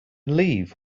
leave